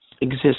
exist